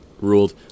ruled